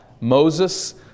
Moses